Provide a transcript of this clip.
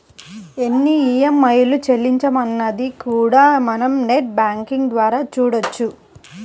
ఎన్ని ఈఎంఐలు చెల్లించామన్నది కూడా మనం నెట్ బ్యేంకింగ్ ద్వారా చూడొచ్చు